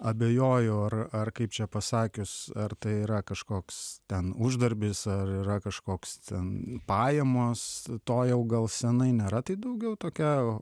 abejoju ar ar kaip čia pasakius ar tai yra kažkoks ten uždarbis ar yra kažkoks ten pajamos to jau gal senai nėra tai daugiau tokia